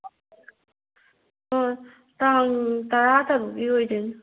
ꯇꯥꯡ ꯇꯔꯥ ꯇꯔꯨꯛꯀꯤ ꯑꯣꯏꯗꯣꯏꯅꯤ